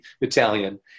Italian